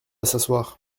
s’asseoir